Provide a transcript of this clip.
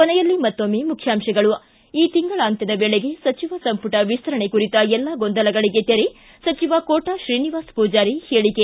ಕೊನೆಯಲ್ಲಿ ಮತ್ತೊಮ್ಮೆ ಮುಖ್ಯಾಂಶಗಳು ಿ ಈ ತಿಂಗಳಾಂತ್ಯದ ವೇಳೆಗೆ ಸಚಿವ ಸಂಮಟ ವಿಸ್ತರಣೆ ಕುರಿತ ಎಲ್ಲಾ ಗೊಂದಲಗಳಿಗೆ ತೆರೆ ಸಚಿವ ಕೋಟಾ ಶ್ರೀನಿವಾಸ ಮೂಜಾರಿ ಹೇಳಿಕೆ